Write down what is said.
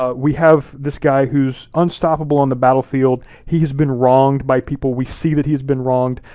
um we have this guy who's unstoppable on the battlefield, he has been wronged by people, we see that he has been wronged.